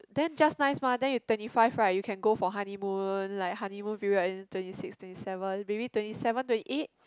then just nice mah then you twenty five right you can go for honeymoon like honeymoon period and then twenty six twenty seven maybe twenty seven twenty eight